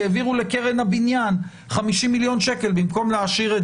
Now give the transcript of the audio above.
העבירו לקרן הבניין 50 מיליון שקלים במקום להשאיר את